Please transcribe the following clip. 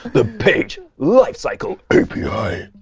the page lifecycle api!